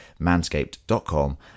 manscaped.com